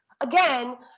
again